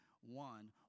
one